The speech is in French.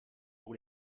pour